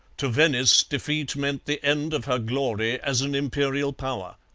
to venice defeat meant the end of her glory as an imperial power.